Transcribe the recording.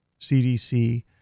CDC